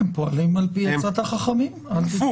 עצם